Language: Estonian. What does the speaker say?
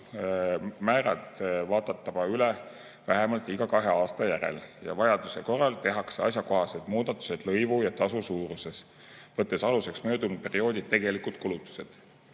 tasumäärad vaatama üle vähemalt iga kahe aasta järel ja vajaduse korral tuleks teha asjakohased muudatused lõivu ja tasu suuruses, võttes aluseks möödunud perioodi tegelikud kulutused.